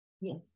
Yes